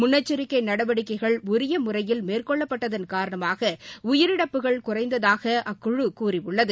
முன்னெச்சரிக்கை நடவடிக்கைகள் உரிய முறையில் மேற்கொள்ளப்பட்டதன் காரணமாக உயிரிழப்புகள் குறைந்ததாக அக்குழு கூறியுள்ளது